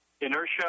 inertia